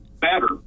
better